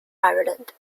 ireland